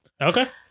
Okay